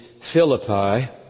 Philippi